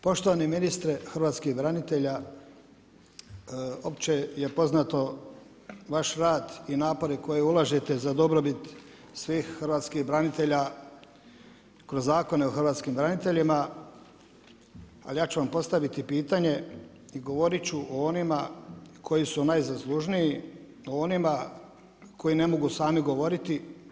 Poštovani ministre Hrvatskih branitelja, opće je poznato vaš rad i napori koje ulažete za dobrobit svih hrvatskih branitelja kroz zakone o hrvatskim braniteljima, ali ja ću vam postaviti pitanje i govoriti ću o onima koji su najzaslužniji, o onima koji ne mogu sami govori.